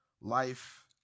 life